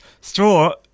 straw